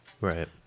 Right